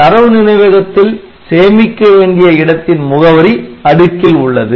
தரவு நினைவகத்தில் 'சேமிக்க வேண்டிய இடத்தின் முகவரி' அடுக்கில் உள்ளது